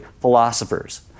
philosophers